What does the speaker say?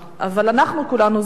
אבל אנחנו כולנו זוכרים